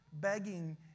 begging